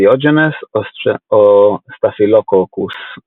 pyogenes או Staphylococcus aureus.